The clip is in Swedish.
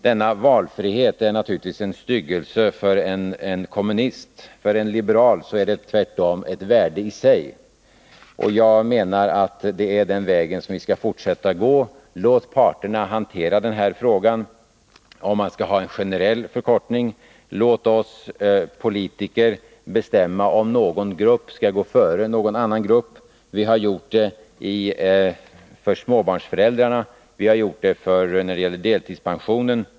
Denna valfrihet är naturligtvis en styggelse för en kommunist. För en liberal är den tvärtom ett värde i sig. Jag menar att det är den vägen vi skall fortsätta att gå. Låt parterna hantera frågan, om man skall ha en generell förkortning av arbetstiden. Låt oss politiker bestämma om någon grupp skall gå före en annan grupp. Vi har gjort det för småbarnsföräldrarna och när det gäller deltidspensionen.